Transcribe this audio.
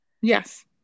yes